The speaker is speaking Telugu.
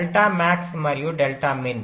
డెల్టా మాక్స్ మరియు డెల్టా మిన్